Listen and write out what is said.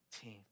team